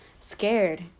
scared